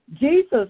Jesus